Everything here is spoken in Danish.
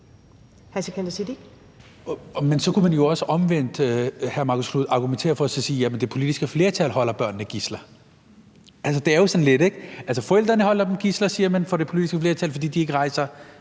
Men så kunne man jo også omvendt, hr. Marcus Knuth, argumentere for, at det politiske flertal holder børnene som gidsler. Det er jo lidt sådan, ikke? Altså, forældrene holder dem som gidsler, siger man fra det politiske flertals side, fordi de ikke rejser